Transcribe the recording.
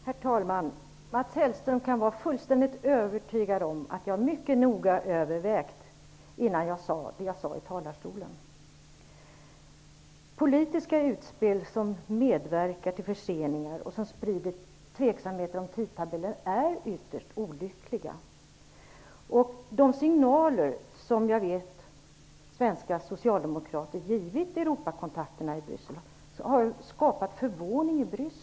Herr talman! Mats Hellström kan vara fullständigt övertygad om att jag mycket noga har övervägt det jag sade i talarstolen. Politiska utspel som medverkar till förseningar och som sprider tveksamheter om tidtabellen är ytterst olyckliga. De signaler som jag vet att svenska socialdemokrater har givit Europakontakterna i Bryssel har skapat förvåning där.